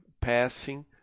passing